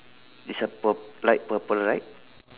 it's a purple light purple right